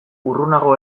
urrunago